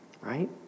right